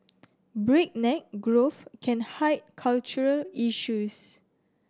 breakneck growth can hide cultural issues